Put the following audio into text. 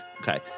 Okay